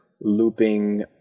looping